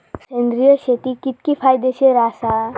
सेंद्रिय शेती कितकी फायदेशीर आसा?